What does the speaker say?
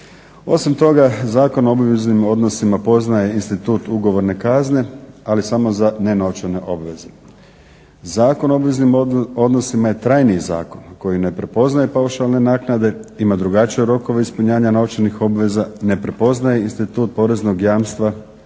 Osim toga Zakon o obveznim odnosima poznaje institut ugovorne kazne, ali samo za nenovčane obveze. Zakon o obveznim odnosima je trajniji zakon koji ne prepoznaje paušalne naknade, ima drugačije rokove ispunjenja novčanih obveza, ne prepoznaje institut poreznog jamstva